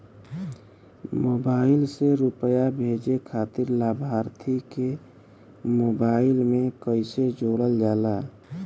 Mobile से रूपया भेजे खातिर लाभार्थी के मोबाइल मे कईसे जोड़ल जाला?